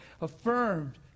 Affirmed